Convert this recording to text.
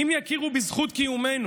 "אם יכירו בנו, בזכות קיומנו,